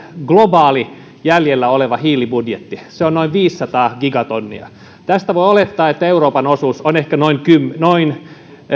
globaali jäljellä oleva hiilibudjettimme se on noin viisisataa gigatonnia voi olettaa että euroopan osuus tästä on ehkä noin